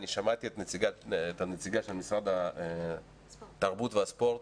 אני שמעתי את הנציגה של משרד התרבות והספורט.